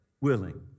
willing